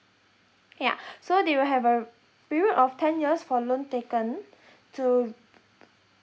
yeah so they will have a period of ten years for loan taken to